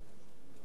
אדוני היושב-ראש,